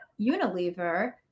Unilever